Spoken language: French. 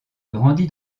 grandi